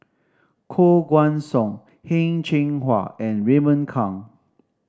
Koh Guan Song Heng Cheng Hwa and Raymond Kang